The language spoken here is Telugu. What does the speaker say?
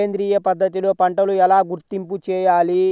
సేంద్రియ పద్ధతిలో పంటలు ఎలా గుర్తింపు చేయాలి?